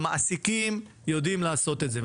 המעסיקים יודעים לעשות את זה,